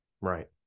Right